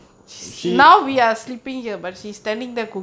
she ah